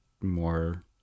more